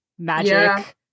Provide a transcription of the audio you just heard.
Magic